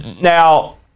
Now